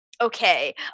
okay